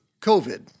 COVID